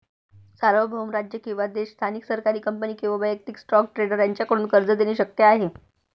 सार्वभौम राज्य किंवा देश स्थानिक सरकारी कंपनी किंवा वैयक्तिक स्टॉक ट्रेडर यांच्याकडून कर्ज देणे शक्य आहे